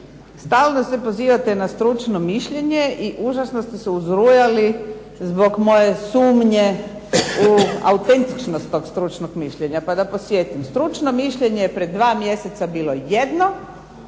Stalno se pozivate na stručno mišljenje i užasno ste se uzrujali zbog moje sumnje u autentičnost tog stručnog mišljenja. Pa da podsjetim. Stručno mišljenje je pred 2 mjeseca bilo jedno,